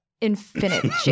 infinite